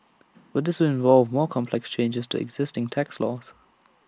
but this would involve more complex changes to existing tax laws